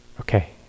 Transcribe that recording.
Okay